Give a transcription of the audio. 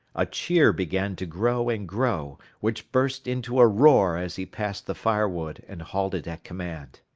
a cheer began to grow and grow, which burst into a roar as he passed the firewood and halted at command.